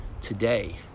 today